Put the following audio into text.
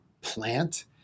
plant